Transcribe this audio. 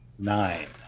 Nine